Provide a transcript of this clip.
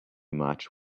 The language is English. much